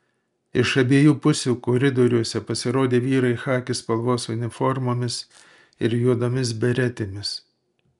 iš abiejų pusių koridoriuose pasirodė vyrai chaki spalvos uniformomis ir juodomis beretėmis